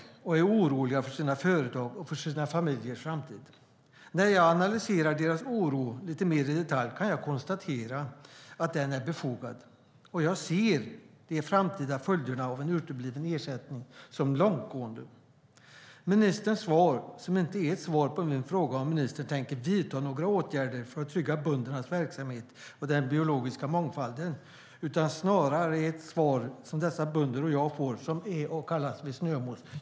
De är oroliga för sina företag och för sina familjers framtid. När jag analyserar deras oro lite mer i detalj kan jag konstatera att den är befogad, och jag ser de framtida följderna av en utebliven ersättning som långtgående. Ministerns svar är inte ett svar på min fråga om han tänker vidta några åtgärder för att trygga böndernas verksamhet och den biologiska mångfalden. Det svar som dessa bönder och jag får är snarare ett svar som kan kallas för snömos.